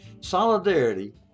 Solidarity